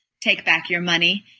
take back your money,